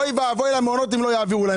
אוי ואבוי למעונות אם לא יעבירו להן,